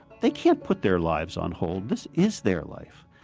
they can't put their lives on hold. this is their life.